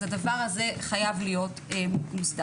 אז הדבר הזה חייב להיות מוסדר.